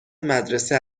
مدرسه